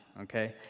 okay